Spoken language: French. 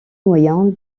moyen